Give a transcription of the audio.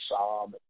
sob